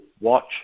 watch